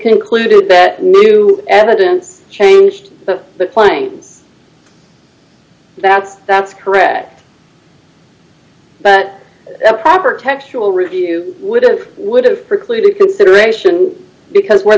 concluded that new evidence changed the clangs that's that's correct but the proper textual review would have would have precluded consideration because where